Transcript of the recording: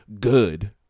good